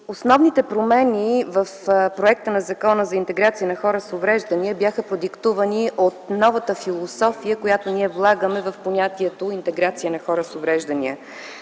Основните промени в Законопроекта за интеграция на хората с увреждания бяха продиктувани от новата философия, която ние влагаме в понятието „интеграция на хората с увреждания”.